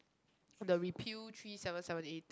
the repeal three seven seven A